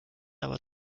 aber